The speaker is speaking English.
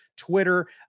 twitter